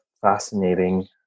fascinating